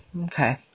Okay